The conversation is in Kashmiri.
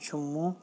جموں